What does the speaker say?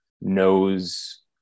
knows